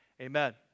Amen